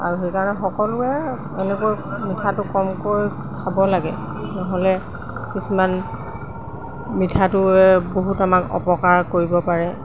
আৰু সেইকাৰণে সকলোৱে এনেকৈ মিঠাটো কমকৈ খাব লাগে নহ'লে কিছুমান মিঠাটোৱে বহুত আমাক অপকাৰ কৰিব পাৰে